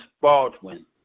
Baldwin